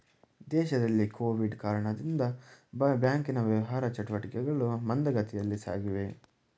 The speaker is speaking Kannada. ದೇಶದಲ್ಲಿ ಕೊವಿಡ್ ಕಾರಣದಿಂದ ಬ್ಯಾಂಕಿನ ವ್ಯವಹಾರ ಚಟುಟಿಕೆಗಳು ಮಂದಗತಿಯಲ್ಲಿ ಸಾಗಿವೆ